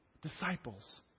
Disciples